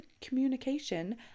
communication